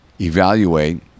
evaluate